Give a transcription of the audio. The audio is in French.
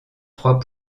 trois